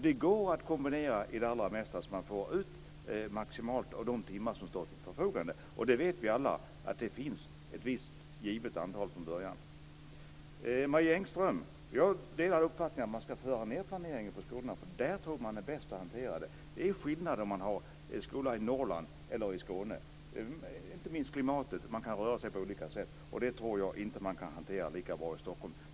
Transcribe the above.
Det går att kombinera i det allra mesta så att det går att få ut maximalt av de timmar som står till förfogande. Vi vet alla att det finns ett visst givet antal från början. Jag delar Marie Engströms uppfattning att planeringen ska föras ned till skolorna. De kan hantera den bäst. Det är skillnad mellan en skola i Norrland och en skola i Skåne, inte minst klimatet gör att man kan röra sig på olika sätt. Det går inte att hantera lika bra i Stockholm.